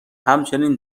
همچنین